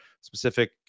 specific